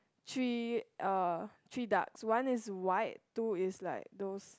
three uh three ducks one is white two is like those